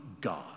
God